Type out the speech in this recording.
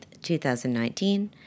2019